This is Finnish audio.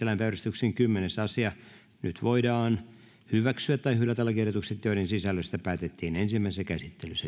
päiväjärjestyksen kymmenes asia nyt voidaan hyväksyä tai hylätä lakiehdotukset joiden sisällöstä päätettiin ensimmäisessä käsittelyssä